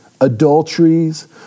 adulteries